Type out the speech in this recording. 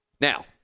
Now